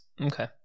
okay